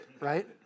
right